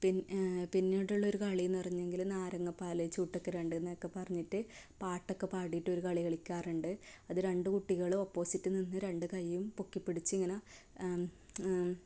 പിന്നെ പിന്നീടുള്ള ഒരു കളിയെന്ന് പറഞ്ഞെങ്കിൽ നാരങ്ങാ പാല് ചൂട്ടക്ക് രണ്ടെന്നൊക്കെ പറഞ്ഞിട്ട് പാട്ടൊക്കെ പാടിയിട്ട് ഒരു കളി കളിക്കാറുണ്ട് അത് രണ്ട് കുട്ടികളും ഓപ്പോസിറ്റ് നിന്ന് രണ്ട് കൈയ്യും പൊക്കിപ്പിടിച്ച് ഇങ്ങനെ